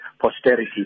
posterity